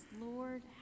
Lord